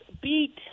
beat